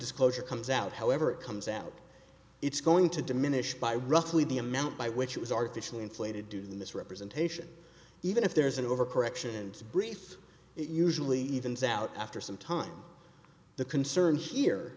disclosure comes out however it comes out it's going to diminish by roughly the amount by which was artificially inflated due to the misrepresentation even if there is an overcorrection and brief it usually evens out after some time the concern here